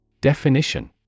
Definition